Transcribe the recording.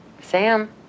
Sam